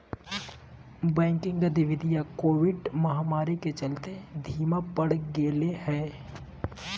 banking गतिवीधियां Covid महामारी के चलते धीमा पड़ गेले हें